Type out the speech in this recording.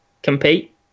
compete